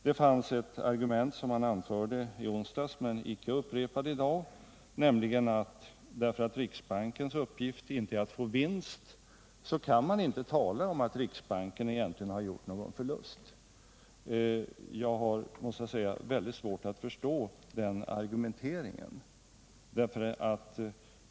Det fanns ett argument som han anförde i onsdags men icke upprepade i dag, nämligen att man inte, eftersom riksbankens uppgift inte är att få vinst, kan tala om att riksbanken egentligen har gjort någon förlust. Jag har, måste jag säga, svårt att förstå den argumenteringen.